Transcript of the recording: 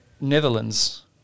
Netherlands